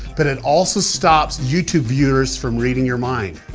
but it also stops youtube viewers from reading your mind.